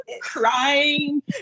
crying